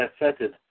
affected